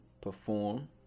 perform